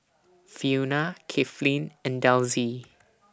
Fiona Kathlyn and Delsie